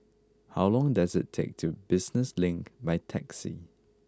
how long does it take to Business Link by taxi